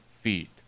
feet